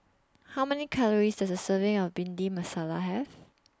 How Many Calories Does A Serving of Bhindi Masala Have